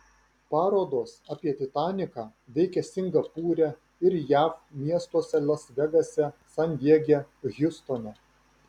parodos apie titaniką veikia singapūre ir jav miestuose las vegase san diege hjustone